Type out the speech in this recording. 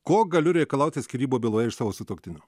ko galiu reikalauti skyrybų byloje iš savo sutuoktinio